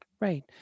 Right